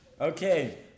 Okay